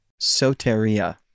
Soteria